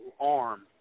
arm